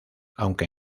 aunque